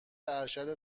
ارشد